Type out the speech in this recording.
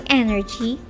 energy